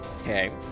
Okay